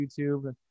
YouTube